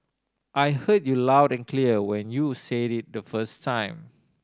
I heard you loud and clear when you said it the first time